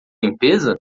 limpeza